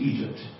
Egypt